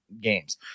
games